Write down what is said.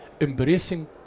embracing